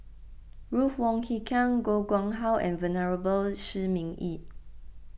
Ruth Wong Hie King Koh Nguang How and Venerable Shi Ming Yi